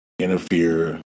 interfere